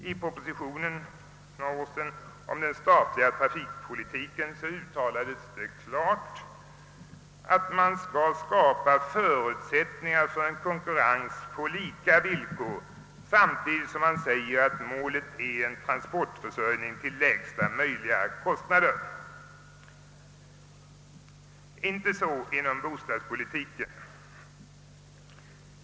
I propositionen för några år sedan om den statliga trafikpolitiken uttalades klart, att man skulle skapa förutsättningar för en konkurrens på lika villkor, samtidigt som man sade att målet var en transportförsörjning till lägsta möjliga kostnader. Så är det inte inom bostadspolitiken.